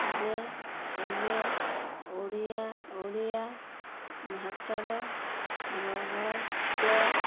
ଯେ ଏବେ ଓଡ଼ିଆ ଓଡ଼ିଆ ଭାଷାର ରହତ୍ୟ